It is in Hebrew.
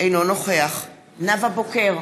אינו נוכח נאוה בוקר,